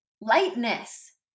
Lightness